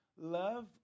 love